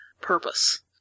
purpose